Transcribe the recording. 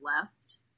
left